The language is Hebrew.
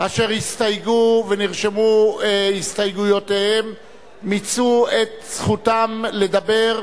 אשר הסתייגו ונרשמו הסתייגויותיהם מיצו את זכותם לדבר,